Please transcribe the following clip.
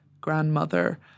grandmother